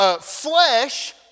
flesh